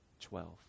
twelve